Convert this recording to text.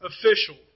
official